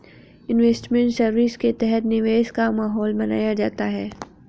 investment service के तहत निवेश का माहौल बनाया जाता है